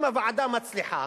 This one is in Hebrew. אם הוועדה מצליחה,